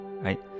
right